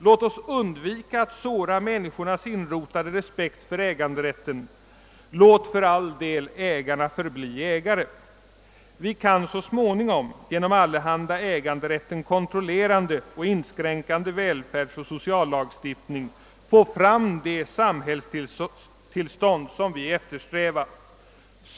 Låt oss undvika att såra människornas inrotade ”respekt för äganderätten! Låt för all del ägarna förbli ägare! Vi kan ändå så småningom genom allehanda äganderätten kontrollerande och inskränkande välfärdsoch sociallagstiftning få fram det samhällstillstånd, som vi eftersträvar!